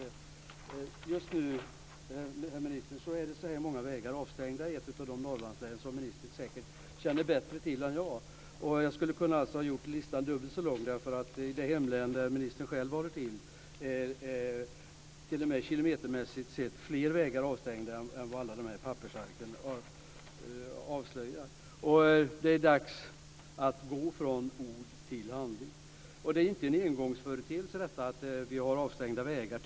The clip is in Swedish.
Listan berör ett Norrlandslän som ministern säkert känner bättre till än jag. Jag skulle ha kunnat göra listan dubbelt så lång, för i det län där ministern själv håller till är kilometermässigt sett mer vägar avstängda än vad alla de pappersark som jag nu visar upp avslöjar. Det är dags att gå från ord till handling. Det är inte en engångsföreteelse att vi har avstängda vägar.